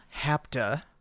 Hapta